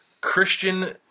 Christian